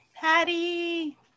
Patty